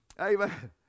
Amen